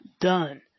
Done